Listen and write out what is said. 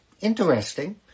interesting